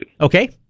Okay